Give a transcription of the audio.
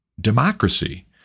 democracy